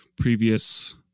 previous